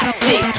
six